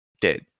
Dead